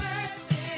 birthday